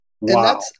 Wow